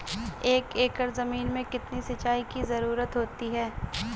एक एकड़ ज़मीन में कितनी सिंचाई की ज़रुरत होती है?